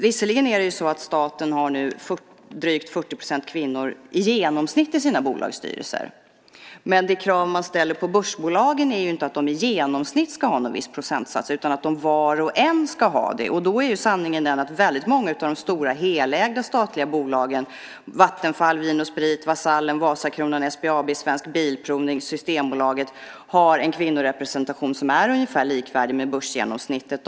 Visserligen har staten nu drygt 40 % kvinnor i genomsnitt i sina bolagsstyrelser, men det krav man ställer på börsbolagen är ju inte att de i genomsnitt ska ha någon viss procentsats utan att de var och en ska ha det. Då är ju sanningen den att väldigt många av de stora helägda statliga bolagen, Vattenfall, Vin & Sprit, Vasallen, Vasakronan, SBAB, Svensk Bilprovning, Systembolaget, har en kvinnorepresentation som är ungefär likvärdig med börsgenomsnittet.